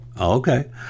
Okay